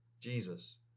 Jesus